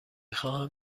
خواهم